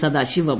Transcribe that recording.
Sadasivam